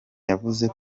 yavuze